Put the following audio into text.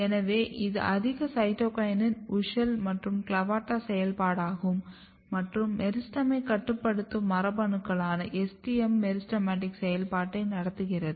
எனவே இது அதிக சைட்டோகினின் WUSCHEL மற்றும் CLAVATA செயல்பாடாகும் மற்றும் மெரிஸ்டெமை கட்டுப்படுத்தும் மரபணுக்களான STM மெரிஸ்டெமடிக் செயல்ப்பாட்டை நடத்துகிறது